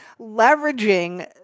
leveraging